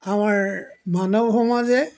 আমাৰ মানৱ সমাজে